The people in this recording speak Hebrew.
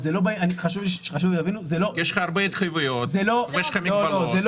כי יש לך הרבה התחייבויות ויש לך מגבלות.